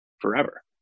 forever